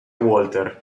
walter